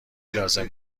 لازم